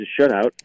shutout